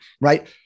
Right